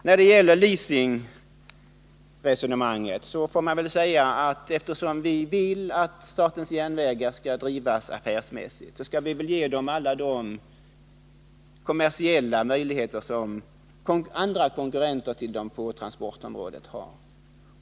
När det gäller leasingresonemanget får man väl säga, att eftersom vi vill att statens järnvägar skall drivas affärsmässigt, bör vi ge statens järnvägar alla de kommersiella möjligheter som konkurrenterna på transportområdet har.